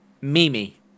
Mimi